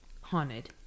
haunted